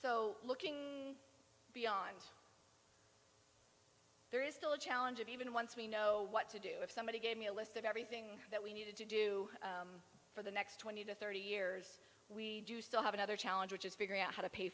so looking beyond there is still a challenge of even once we know what to do if somebody gave me a list of everything that we needed to do for the next twenty to thirty years we do still have another challenge which is figuring out how to pay